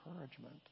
encouragement